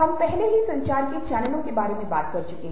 हम पहले ही संचार के चैनलों के बारे में बात कर चुके हैं